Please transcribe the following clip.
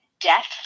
death